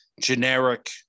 generic